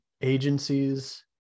agencies